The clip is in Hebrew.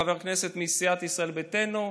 חבר כנסת מסיעת ישראל ביתנו,